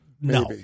No